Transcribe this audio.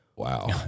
Wow